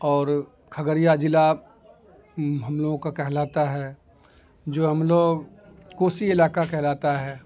اور کھگڑیا ضلع ہم لوگوں کا کہلاتا ہے جو ہم لوگ کوسی علاقہ کہلاتا ہے